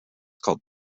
called